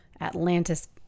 Atlantis